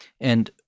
and-